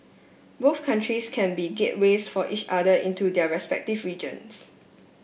both countries can be gateways for each other into their respective regions